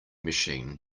machine